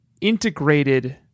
integrated